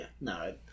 no